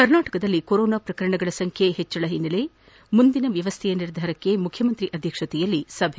ಕರ್ನಾಟಕದಲ್ಲಿ ಕೊರೊನಾ ಪ್ರಕರಣಗಳ ಸಂಖ್ಯೆ ಏರಿಕೆ ಹಿನ್ನೆಲೆ ಮುಂದಿನ ವ್ಯವಸ್ಥೆಯ ನಿರ್ಧಾರಕ್ಕೆ ಮುಖ್ಯಮಂತ್ರಿ ಅಧ್ಯಕ್ಷತೆಯಲ್ಲಿ ಸಭೆ